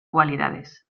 cualidades